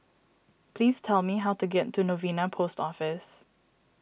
please tell me how to get to Novena Post Office